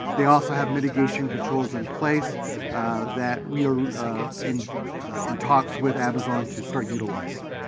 they also have mitigation controls in place that we are in in talks with amazon to start utilizing.